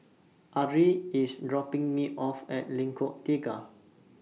Arie IS dropping Me off At Lengkong Tiga